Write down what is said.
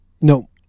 no